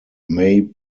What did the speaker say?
may